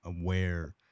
aware